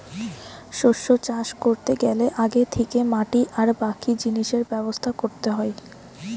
শস্য চাষ কোরতে গ্যালে আগে থিকে মাটি আর বাকি জিনিসের ব্যবস্থা কোরতে হয়